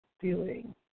feeling